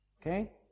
Okay